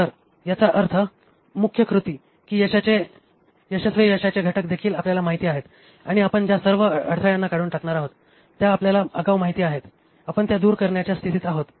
तर याचा अर्थ मुख्य कृती की यशस्वी यशाचे घटक देखील आपल्याला माहित आहेत आणि आपण ज्या सर्व अडथळ्यांना काढून टाकणार आहोत त्या आपल्याला आगाऊ माहित आहेत आपण त्या दूर करण्याच्या स्थितीत आहोत